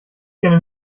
kenne